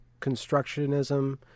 constructionism